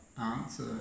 Answer